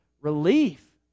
relief